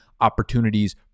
opportunities